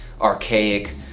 archaic